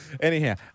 Anyhow